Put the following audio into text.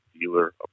dealer